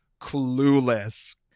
Clueless